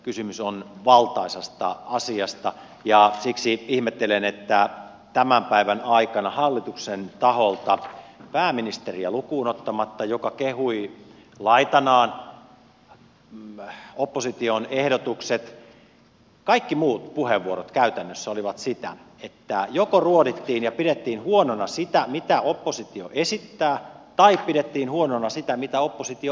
kysymys on valtaisasta asiasta ja siksi ihmettelen että tämän päivän aikana hallituksen taholta lukuun ottamatta pääministeriä joka kehui laitanaan opposition ehdotukset kaikki muut puheenvuorot käytännössä olivat sitä että joko ruodittiin tai pidettiin huonona sitä mitä oppositio esittää tai pidettiin huonona sitä mitä oppositio ei esitä